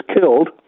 killed